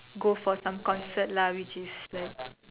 go for some concert lah which is like